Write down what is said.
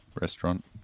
Restaurant